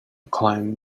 climb